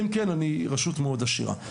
אלא אם מדובר ברשות מאוד עשירה.